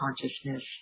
consciousness